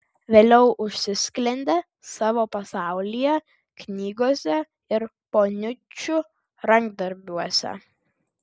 vėliau užsisklendė savo pasaulyje knygose ir poniučių rankdarbiuose